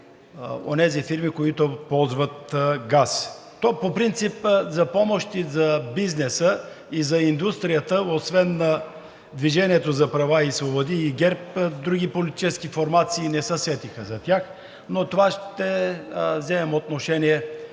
това ще вземем отношение